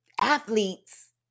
athletes